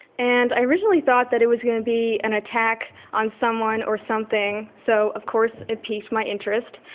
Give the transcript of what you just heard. and i originally thought that it was going to be an attack on someone or something, so of course it piqued my interest.